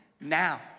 now